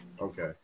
okay